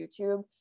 YouTube